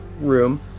room